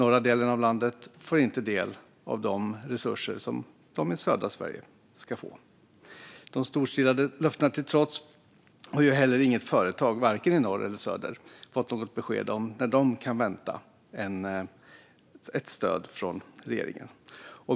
Norra delen av landet får inte del av de resurser som södra Sverige ska få. De storstilade löftena till trots har heller inga företag vare sig i norr eller i söder fått något besked om när de kan vänta ett stöd från regeringen.